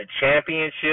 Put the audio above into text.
championship